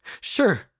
Sure